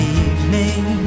evening